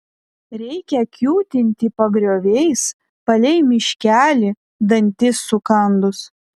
reikia kiūtinti pagrioviais palei miškelį dantis sukandus